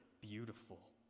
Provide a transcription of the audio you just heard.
beautiful